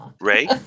Ray